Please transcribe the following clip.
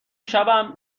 شبم